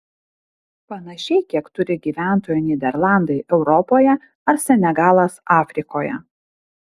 panašiai kiek turi gyventojų nyderlandai europoje ar senegalas afrikoje